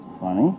Funny